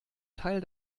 teil